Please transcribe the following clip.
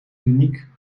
kliniek